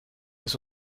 das